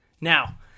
Now